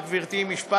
נא לסיים.